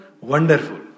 wonderful